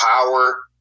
power